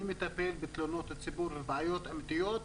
תלונות אמיתיות וחשובות.